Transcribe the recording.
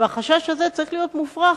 והחשש הזה צריך להיות מופרך,